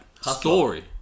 story